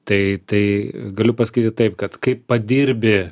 tai tai galiu pasakyti taip kad kai padirbi